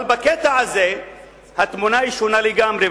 אבל בקטע הזה התמונה היא שונה לגמרי,